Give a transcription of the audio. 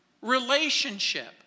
relationship